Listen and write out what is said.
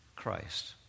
Christ